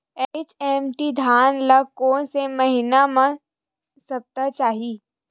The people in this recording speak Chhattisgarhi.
एच.एम.टी धान ल कोन से महिना म सप्ता चाही?